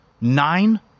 nine